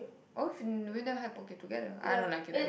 I was Novena have poke together I don't like it there